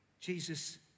Jesus